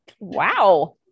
Wow